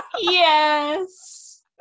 Yes